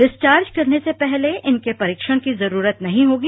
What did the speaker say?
discharge करने से पहले इनके परीक्षण की जरूरत नहीं होगी